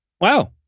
Wow